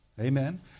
Amen